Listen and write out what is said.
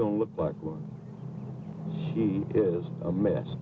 don't look like she is a mess